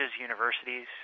universities